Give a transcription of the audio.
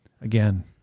Again